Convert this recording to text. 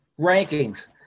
rankings